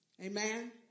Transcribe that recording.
Amen